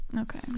Okay